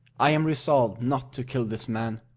i am resolved not to kill this man.